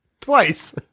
Twice